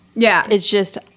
yeah it's just,